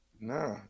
Nah